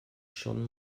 schon